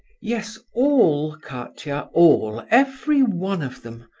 yes all, katia, all every one of them.